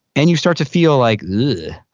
and you start to feel like, yeah